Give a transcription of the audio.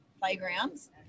playgrounds